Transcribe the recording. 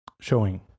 showing